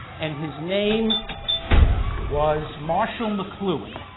and his name was marshall mcluhan